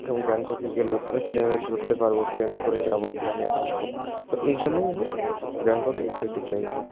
এবং ব্যাংককে গেলে আমি প্লেনে চড়তে পারবো প্লেনে করে যাবো প্লেনে আসবো তো এই জন্যেই আমি ব্যাংককে যেতে চাইবো